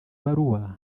baruwa